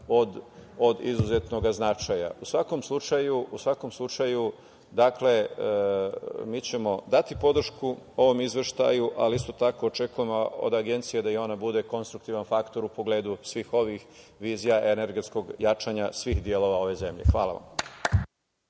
od izuzetnog značaja.U svakom slučaju, mi ćemo dati podršku ovom izveštaju, ali isto tako očekujemo od Agencije da i ona bude konstruktivan faktor u pogledu svih ovih vizija energetskog jačanja svih delova ove zemlje. Hvala vam.